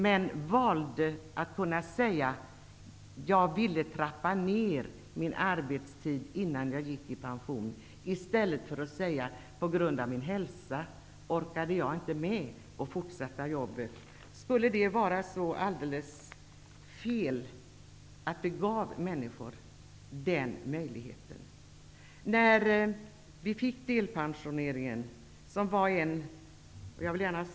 Men de valde att kunna säga: Jag ville trappa ned min arbetstid innan jag gick i pension, i stället för att säga: På grund av min hälsa orkade jag inte med att fortsätta jobba. Skulle det vara så fel att ge människor den möjligheten?